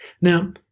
Now